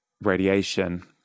radiation